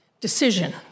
decision